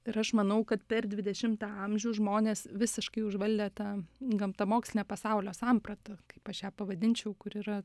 ir aš manau kad per dvidešimtą amžių žmones visiškai užvaldė ta gamtamokslinė pasaulio samprata kaip aš ją pavadinčiau kur yra